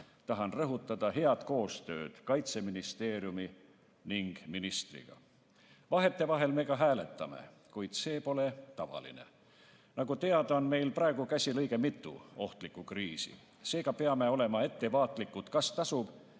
Tahan rõhutada head koostööd Kaitseministeeriumi ning ministriga. Vahetevahel me ka hääletame, kuid see pole tavaline. Nagu teada, on meil praegu käsil õige mitu ohtlikku kriisi. Seega peame olema ettevaatlikud, kas tasub